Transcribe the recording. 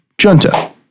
Junta